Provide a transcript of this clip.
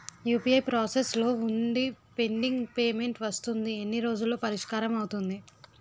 UPI process లో వుందిపెండింగ్ payment వస్తుంది ఎన్ని రోజుల్లో పరిష్కారం అవుతుంది